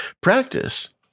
practice